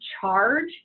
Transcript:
charge